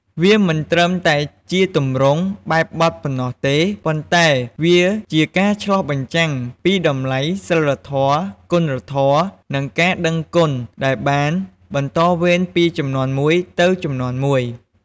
វាមិនត្រឹមតែជាទម្រង់បែបបទប៉ុណ្ណោះទេ ប៉ុន្តែវាជាការឆ្លុះបញ្ចាំងពីតម្លៃសីលធម៌ គុណធម៌ និងការដឹងគុណដែលបានបន្តវេនពីជំនាន់មួយទៅជំនាន់មួយ។